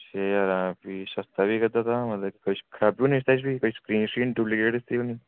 छें ज्हारें दा फ्ही सस्ता बिकै दा तां मतलब कुछ खराबी होनी इसदे च फ्ही किश स्क्रीन शक्रीन डुप्लीकेट होनी